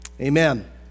amen